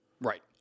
Right